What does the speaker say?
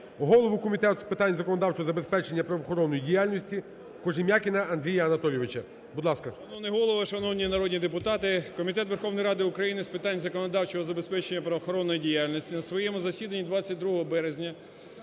голову Комітету з питань законодавчого забезпечення правоохоронної діяльності Кожем'якіна Андрія Анатолійовича. Будь ласка.